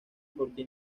porque